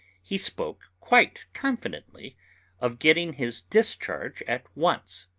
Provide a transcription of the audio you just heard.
he spoke quite confidently of getting his discharge at once.